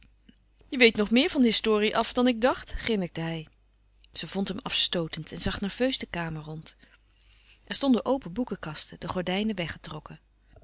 je weet nog meer van historie af dan ik dacht grinnikte hij zij vond hem afstootend en zag nerveus de kamer rond er stonden open boekenkasten de gordijnen weggetrokken